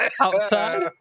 outside